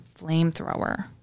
flamethrower